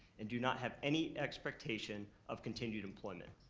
and do not have any expectation of continued employment,